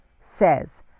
says